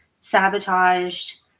sabotaged